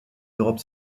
d’europe